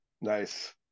Nice